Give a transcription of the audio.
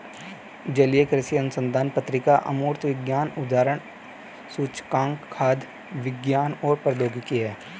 जलीय कृषि अनुसंधान पत्रिका अमूर्त विज्ञान उद्धरण सूचकांक खाद्य विज्ञान और प्रौद्योगिकी है